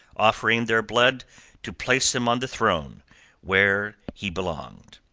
offering their blood to place him on the throne where he belonged.